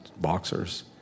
boxers